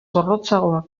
zorrotzagoak